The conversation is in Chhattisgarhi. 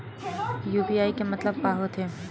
यू.पी.आई के मतलब का होथे?